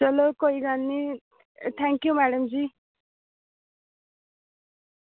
चलो कोई गल्ल निं थैंक यू मैडम जी